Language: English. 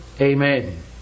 Amen